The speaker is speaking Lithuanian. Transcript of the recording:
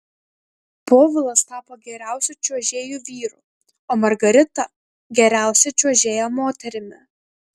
povilas tapo geriausiu čiuožėju vyru o margarita geriausia čiuožėja moterimi